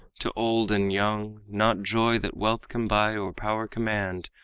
to old and young not joy that wealth can buy or power command,